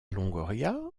longoria